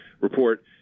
report